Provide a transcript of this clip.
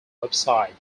website